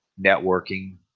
networking